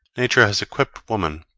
nature has equipped woman,